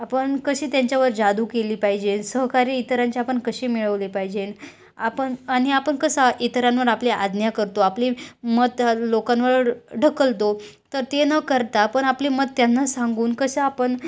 आपण कशी त्यांच्यावर जादू केली पाहिजे सहकारी इतरांचे आपण कशी मिळवले पाहिजे आपण आणि आपण कसा इतरांवर आपली आज्ञा करतो आपली मत लोकांवर ढकलतो तर ते न करता पण आपली मत त्यांना सांगून कसं आपण